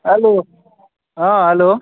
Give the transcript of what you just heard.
hello हाँ hello